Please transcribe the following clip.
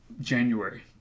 January